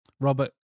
Robert